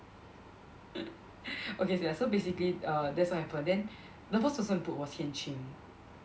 okay ya so basically err that's what happen then the first person to put was Hian Ching